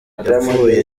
yapfuye